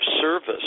service